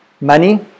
Money